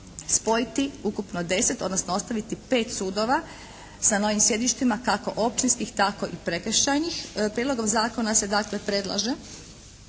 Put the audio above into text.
spojiti ukupno deset, odnosno ostaviti pet sudova sa novim sjedištima kako općinskih tako i prekršajnih. Prijedlogom zakona se dakle predlaže,